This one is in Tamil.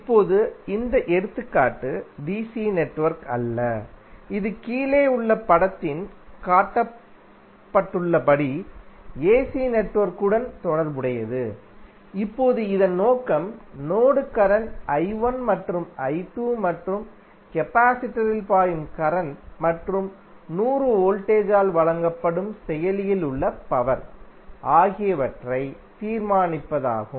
இப்போது இந்த எடுத்துக்காட்டு டிசி நெட்வொர்க் அல்ல இது கீழே உள்ள படத்தில் காட்டப்பட்டுள்ளபடி ஏசி நெட்வொர்க்குடன் தொடர்புடையது இப்போது இதன் நோக்கம் நோடு கரண்ட் I 1 மற்றும் I 2 மற்றும் கபாசிடரில் பாயும் கரண்ட் மற்றும் 100 வோல்டேஜ் ஆல் வழங்கப்படும் செயலில் உள்ள பவர் ஆகியவற்றை தீர்மானிப்பதாகும்